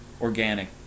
organic